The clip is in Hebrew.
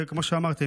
וכמו שאמרתי,